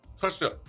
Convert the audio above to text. touchdown